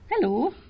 Hello